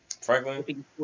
Franklin